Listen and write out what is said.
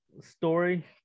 story